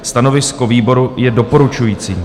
Stanovisko výboru je doporučující.